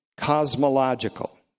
cosmological